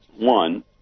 One